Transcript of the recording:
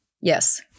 Yes